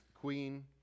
queen